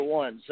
one